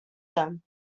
them